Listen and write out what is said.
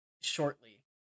shortly